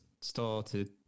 started